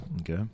Okay